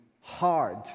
hard